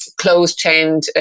closed-chained